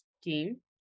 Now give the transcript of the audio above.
scheme